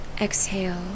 Exhale